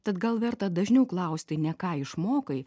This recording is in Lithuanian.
tad gal verta dažniau klausti ne ką išmokai